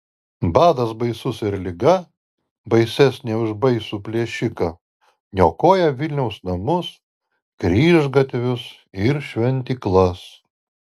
badas baisus ir liga baisesnė už baisų plėšiką niokoja vilniaus namus kryžgatvius ir šventyklas